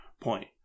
point